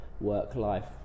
work-life